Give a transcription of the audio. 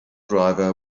driver